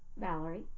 Valerie